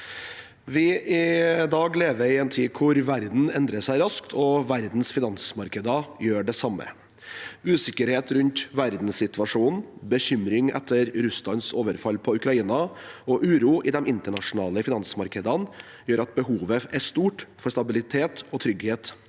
i dag i en tid da verden endrer seg raskt, og verdens finansmarkeder gjør det samme. Usikkerhet rundt verdenssituasjonen, bekymring etter Russlands overfall på Ukraina og uro i de internasjonale finansmarkedene gjør at behovet er stort for stabilitet og trygghet